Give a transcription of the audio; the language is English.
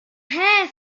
hair